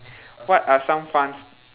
what are some fun